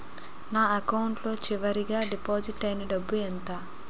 నా అకౌంట్ లో చివరిగా డిపాజిట్ ఐనా డబ్బు ఎంత?